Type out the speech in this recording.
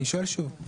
אני שואל שוב.